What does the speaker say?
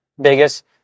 biggest